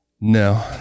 No